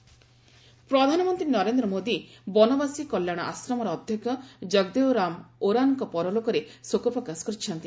ବନବାସୀ କଲ୍ୟାଣ ଆଶ୍ରମ ପ୍ରଧାନମନ୍ତ୍ରୀ ନରେନ୍ଦ୍ର ମୋଦୀ ବନବାସୀ କଲ୍ୟାଣ ଆଶ୍ରମର ଅଧ୍ୟକ୍ଷ ଜଗଦେଓରାମ ଓରାନଙ୍କ ପରଲୋକରେ ଶୋକପ୍କାଶ କରିଛନ୍ତି